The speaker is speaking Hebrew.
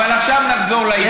אבל עכשיו נחזור לעניין.